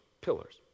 pillars